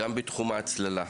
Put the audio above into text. גם בתחום ההצללה.